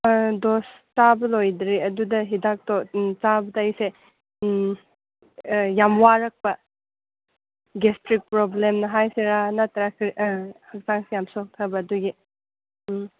ꯑꯥ ꯗꯣꯁ ꯆꯥꯕ ꯂꯣꯏꯗ꯭ꯔꯤ ꯑꯗꯨꯗ ꯍꯤꯗꯥꯛꯇꯣ ꯆꯥꯕꯗ ꯑꯩꯁꯦ ꯌꯥꯝ ꯋꯥꯔꯛꯄ ꯒ꯭ꯌꯥꯁꯇ꯭ꯔꯤꯛ ꯄ꯭ꯔꯣꯕ꯭ꯂꯦꯝꯅꯤ ꯍꯥꯏꯁꯤꯔꯥ ꯅꯠꯇ꯭ꯔꯁꯨ ꯍꯛꯆꯥꯡꯁꯦ ꯌꯥꯝ ꯆꯣꯛꯊꯕ ꯑꯗꯨꯒꯤ ꯎꯝ